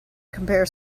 compare